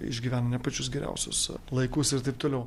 išgyvena ne pačius geriausius laikus ir taip toliau